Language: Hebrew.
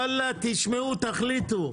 וואלה, תשמעו, תחליטו.